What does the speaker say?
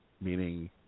meaning